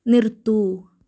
നിർത്തൂ